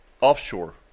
offshore